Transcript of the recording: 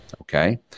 Okay